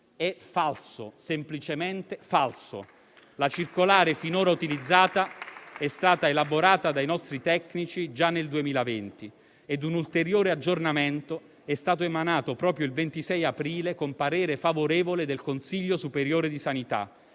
È falso, semplicemente falso. La circolare finora utilizzata è stata elaborata dai nostri tecnici già nel 2020 e un ulteriore aggiornamento è stato emanato proprio il 26 aprile con parere favorevole del Consiglio superiore di sanità.